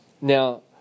Now